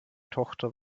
tochter